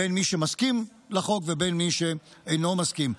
בין מי שמסכים לחוק ובין מי שאינו מסכים.